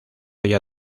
ella